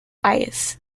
ice